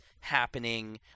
happening